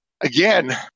again